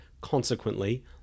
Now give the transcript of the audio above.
consequently